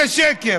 זה שקר.